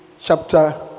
chapter